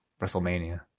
WrestleMania